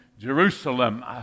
Jerusalem